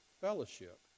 Fellowship